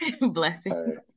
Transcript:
blessing